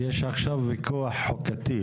יש עכשיו כוח חוקתי,